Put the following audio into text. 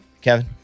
Kevin